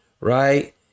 right